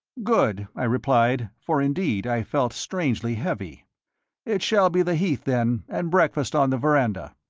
good, i replied, for indeed i felt strangely heavy it shall be the heath, then, and breakfast on the veranda.